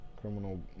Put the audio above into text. criminal